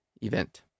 event